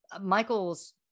Michael's